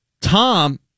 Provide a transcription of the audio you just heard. Tom